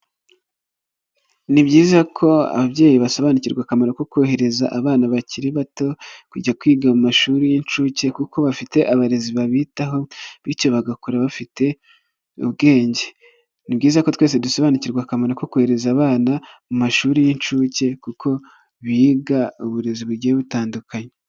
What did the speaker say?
Ni byiza ko ababyeyi basobanukirwa akamaro ko kohereza abana bakiri bato kujya kwiga mu mashuri y'incuke kuko bafite abarezi babitaho bityo bagakora bafite ubwenge, ni byiza ko twese dusobanukirwa akamaro ko kohereza abana mu mashuri y'inshuke kuko biga uburezi bugiye butandukanye.